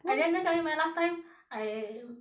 and then that time eh last time I